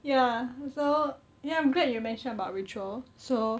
ya so ya I'm glad you mentioned about ritual so